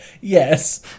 yes